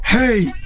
hey